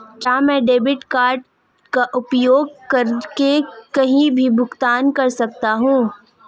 क्या मैं debit card का उपयोग करके कहीं भी भुगतान कर सकता हूं?